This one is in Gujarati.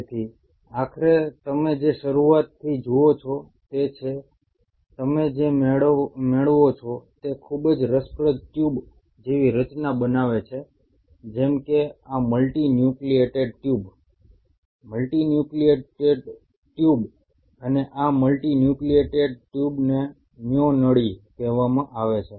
તેથી આખરે તમે જે શરૂઆતથી જુઓ છો તે છે તમે જે મેળવો છો તે ખૂબ જ રસપ્રદ ટ્યુબ જેવી રચના બનાવે છે જેમ કે આ multi nucleated tube multi nucleated tube અને આ મલ્ટિ ન્યુક્લિએટેડ ટ્યુબને મ્યો નળી કેહવામાં આવે છે